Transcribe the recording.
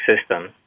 system